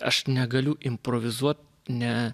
aš negaliu improvizuot ne